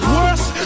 Worse